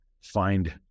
find